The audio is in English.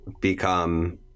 become